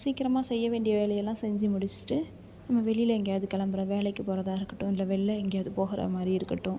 சீக்கிரமாக செய்ய வேண்டிய வேலையெல்லாம் செஞ்சு முடிச்சுட்டு நம்ம வெளியில் எங்கேயாவது கிளம்புறோம் வேலைக்கு போகிறதா இருக்கட்டும் இல்லை வெளில எங்கேயாவது போகிற மாதிரி இருக்கட்டும்